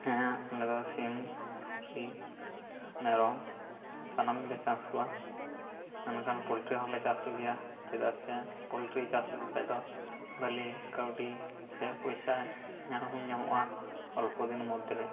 ᱦᱮᱸ ᱟᱞᱮ ᱫᱚ ᱥᱤᱢ ᱥᱩᱠᱨᱤ ᱢᱮᱨᱚᱢ ᱥᱟᱱᱟᱢ ᱜᱮᱞᱮ ᱪᱟᱥ ᱠᱚᱣᱟ ᱢᱮᱱᱠᱷᱟᱱ ᱯᱚᱞᱴᱨᱤ ᱦᱚᱞᱮ ᱪᱟᱥ ᱠᱚᱜᱮᱭᱟ ᱪᱮᱫᱟᱜ ᱥᱮ ᱯᱚᱞᱴᱨᱤ ᱪᱟᱥ ᱞᱮᱠᱚ ᱠᱷᱟᱡ ᱫᱚ ᱵᱷᱟ ᱞᱤ ᱠᱟ ᱣᱰᱤ ᱥᱮ ᱯᱚᱭᱥᱟ ᱧᱟᱢ ᱦᱚᱸ ᱧᱟᱢᱚᱜᱼᱟ ᱚᱞᱯᱚ ᱫᱤᱱ ᱢᱚᱫᱽᱫᱷᱮ ᱨᱮ